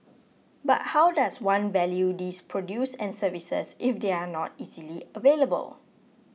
but how does one value these produce and services if they are not easily available